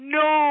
no